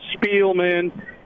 Spielman